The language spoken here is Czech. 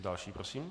Další prosím.